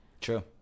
True